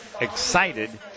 excited